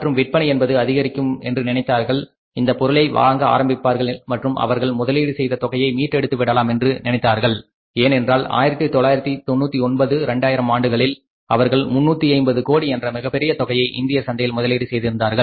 மற்றும் விற்பனை என்பது அதிகரிக்கும் என்று நினைத்தார்கள் இந்த பொருளை வாங்க ஆரம்பிப்பார்கள் மற்றும் அவர்கள் முதலீடு செய்த தொகையை மீட்டெடுத்து விடலாம் என்று நினைத்தார்கள் ஏனென்றால் 1999 2000 ஆண்டுகளில் அவர்கள் 350 கோடி என்ற மிகப்பெரிய தொகையை இந்திய சந்தையில் முதலீடு செய்திருந்தார்கள்